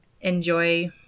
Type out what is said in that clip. enjoy